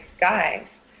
guys